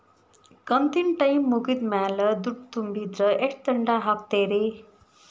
ಕಂತಿನ ಟೈಮ್ ಮುಗಿದ ಮ್ಯಾಲ್ ದುಡ್ಡು ತುಂಬಿದ್ರ, ಎಷ್ಟ ದಂಡ ಹಾಕ್ತೇರಿ?